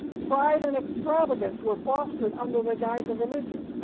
pride and extravagance were fostered under the guise of religion.